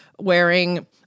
wearing